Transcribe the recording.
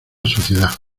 soledad